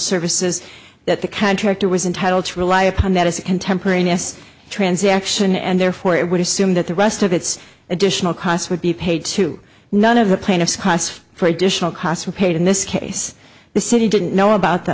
services that the contractor was entitled to rely upon that as a contemporaneous transaction and therefore it would assume that the rest of its additional costs would be paid to none of the plaintiffs costs for additional costs were paid in this case the city didn't know about th